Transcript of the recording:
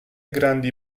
grandi